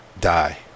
die